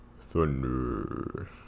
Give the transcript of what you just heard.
Thunder